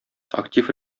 актив